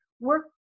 work